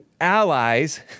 allies